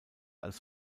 als